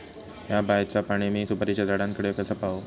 हया बायचा पाणी मी सुपारीच्या झाडान कडे कसा पावाव?